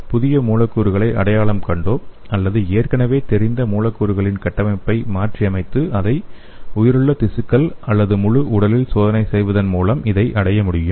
புதிய மூலக்கூறுகளை அடையாளம் கண்டோ அல்லது ஏற்கனவே தெரிந்த மூலக்கூறுகளின் கட்டமைப்பை மாற்றியமைத்து அவற்றை உயிருள்ள திசுக்களில் அல்லது முழு உடலிலும் சோதனை செய்வதன் மூலம் இதை அடைய முடியும்